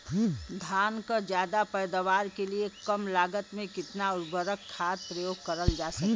धान क ज्यादा पैदावार के लिए कम लागत में कितना उर्वरक खाद प्रयोग करल जा सकेला?